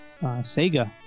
Sega